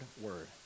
word